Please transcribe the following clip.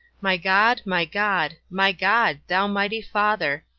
my god, my god, my god, thou mighty father,